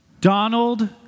Donald